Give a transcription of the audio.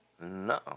no